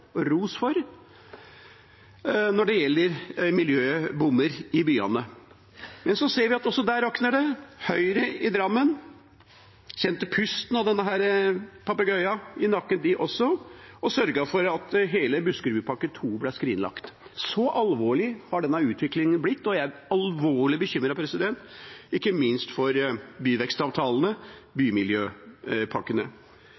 ros for – når det gjelder miljøbommer i byene. Men vi ser at også der rakner det. Høyre i Drammen kjente pusten av denne papegøyen i nakken, de også, og sørget for at hele Buskerudbypakke 2 ble skrinlagt. Så alvorlig har denne utviklingen blitt, og jeg er alvorlig bekymret, ikke minst for byvekstavtalene